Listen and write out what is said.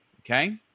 Okay